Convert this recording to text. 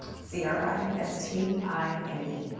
c r i s t i n e.